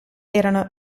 erano